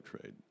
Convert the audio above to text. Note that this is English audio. trade